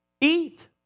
Eat